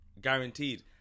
Guaranteed